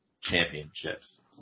championships